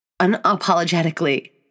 unapologetically